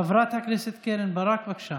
חברת הכנסת קרן ברק, בבקשה.